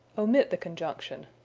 omit the conjunction.